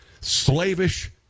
slavish